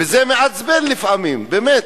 וזה מעצבן לפעמים, באמת.